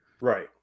Right